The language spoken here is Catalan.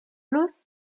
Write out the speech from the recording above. los